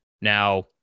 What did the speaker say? Now